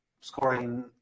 scoring